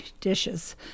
dishes